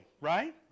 right